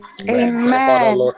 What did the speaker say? Amen